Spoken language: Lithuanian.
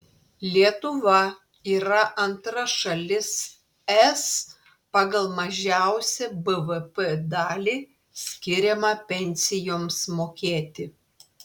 lietuva yra antra šalis es pagal mažiausią bvp dalį skiriamą pensijoms mokėti